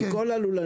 על כל הלולנים.